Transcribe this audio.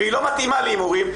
והיא לא מתאימה להימורים,